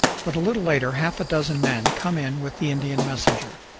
but a little later half a dozen men come in with the indian messenger.